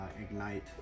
ignite